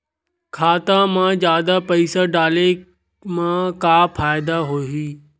खाता मा जादा पईसा डाले मा का फ़ायदा होही?